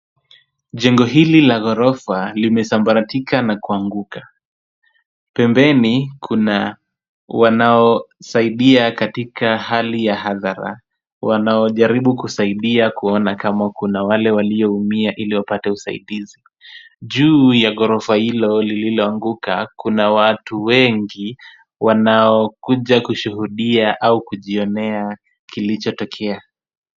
Jengo hili la ghorofa limesabaratika na kuanguka. Pembeni kuna wanaosaidia katika hali ya hathara, wanaojaribu kusaidia kuona kama kuna wale walioumia ili wapate usaidizi, juu ya ghorofa hilo lililoanguka kuna watu wengi wanaokuja kushuhudia ama kujionea kilichotokea.